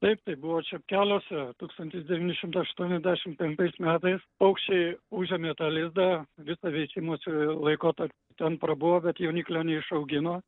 taip tai buvo čepkeliuose tūkstantis devyni šimtai aštuoniasdešim penktais metais paukščiai užėmė tą lizdą visą veisimosi laikotarpį ten prabuvo bet jauniklio neišaugino